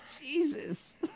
Jesus